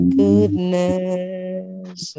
goodness